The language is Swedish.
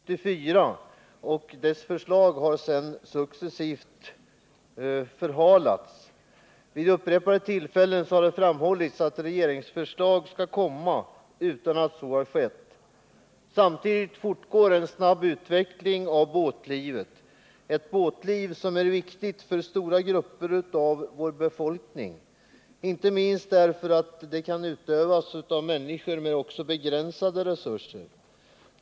Herr talman! I ett särskilt yttrande till jordbruksutskottets betänkande 17 framhåller de socialdemokratiska ledamöterna i jordbruksutskottet vikten av att förslag snarast framläggs i anledning av fritidsbåttrafikutredningens förslag. Utredningen kom redan 1974, och dess förslag har sedan successivt förhalats. Vid upprepade tillfällen har det framhållits att regeringsförslag skall komma — utan att så har skett. Samtidigt fortgår en snabb utveckling av båtlivet, ett båtliv som är viktigt för stora grupper av vår befolkning, inte minst därför att det kan utövas också av människor med begränsade resurser.